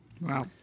Wow